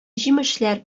җимешләр